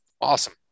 Awesome